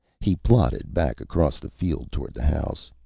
he plodded back across the field toward the house.